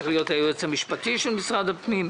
היועץ המשפטי של משרד הפנים.